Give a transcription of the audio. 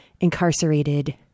incarcerated